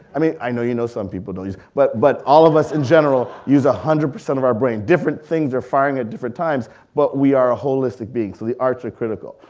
i mean i know you know some people don't use, but but all of us in general, use a hundred percent of our brain. different things are firing at different times, but we are a wholistic being, so the arts are critical.